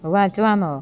વાંચવાનો